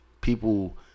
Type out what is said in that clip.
People